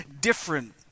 different